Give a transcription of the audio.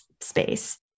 space